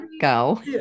go